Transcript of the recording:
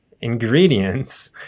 ingredients